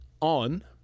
on